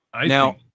Now